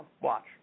Watch